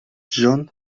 джон